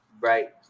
right